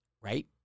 right